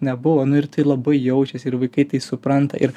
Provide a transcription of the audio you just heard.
nebuvo nu ir tai labai jaučiasi ir vaikai tai supranta ir